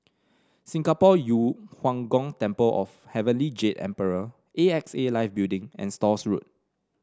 Singapore Yu Huang Gong Temple of Heavenly Jade Emperor A X A Life Building and Stores Road